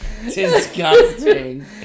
Disgusting